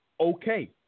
okay